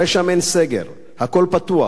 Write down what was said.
הרי שם אין סגר, הכול פתוח.